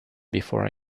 before